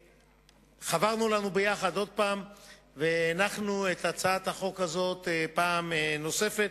חברנו לנו יחד שוב והנחנו את הצעת החוק הזאת פעם נוספת,